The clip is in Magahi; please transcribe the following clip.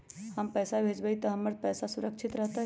हम पैसा भेजबई तो हमर पैसा सुरक्षित रहतई?